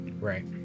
Right